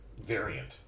Variant